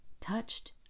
touched